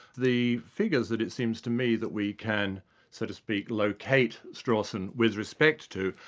the figures that it seems to me that we can, so to speak, locate strawson with respect to,